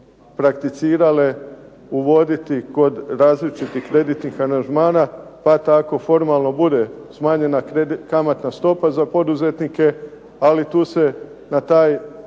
prakticirale uvoditi kod različitih kreditnih aranžmana, pa tako formalno bude smanjena kamatna stopa za poduzetnike, ali tu se na taj